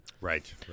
right